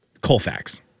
Colfax